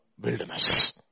wilderness